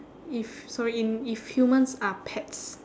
if sorry in if humans are pets